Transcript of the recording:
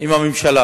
עם הממשלה,